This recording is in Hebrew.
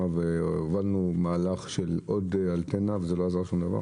הובלנו מהלך של עוד אנטנה אבל זה לא עזר בכלל.